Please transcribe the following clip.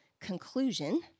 conclusion